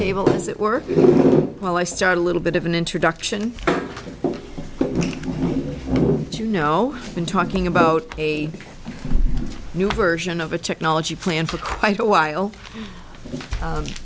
does it work well i start a little bit of an introduction you know in talking about a new version of a technology plan for quite a while